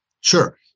Sure